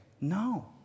No